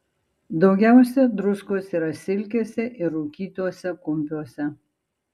daugiausia druskos yra silkėse ir rūkytuose kumpiuose